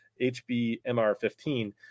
HBMR15